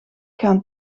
gaan